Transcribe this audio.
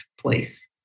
place